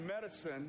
medicine